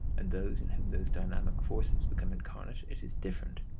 and those in whom those dynamic forces become incarnate, it is different.